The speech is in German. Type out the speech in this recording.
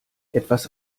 etwas